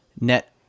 net